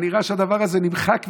היה נראה שהדבר הזה נמחק ונגמר.